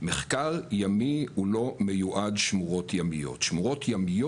מחקר ימי הוא לא מיועד שמורות ימיות,